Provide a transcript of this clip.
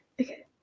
okay